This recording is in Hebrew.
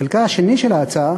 בחלקה השני של ההצעה